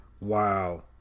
Wow